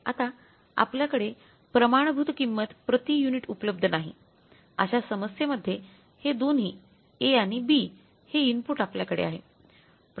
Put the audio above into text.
आता आपल्याकडे प्रमाणभूत किंमत प्रति युनिट उपलब्ध नाही अशा समस्येमध्ये हे दोन्ही A आणि B हे इनपुट आपल्याकडे आहे